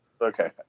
Okay